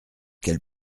quelle